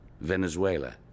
Venezuela